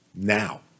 now